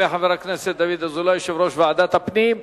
תודה לחבר הכנסת דוד אזולאי, יושב-ראש ועדת הפנים.